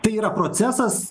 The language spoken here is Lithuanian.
tai yra procesas